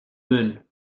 moon